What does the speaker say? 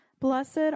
Blessed